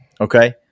okay